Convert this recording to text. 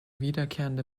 wiederkehrende